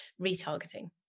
retargeting